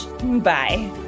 bye